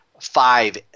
five